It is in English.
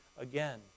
again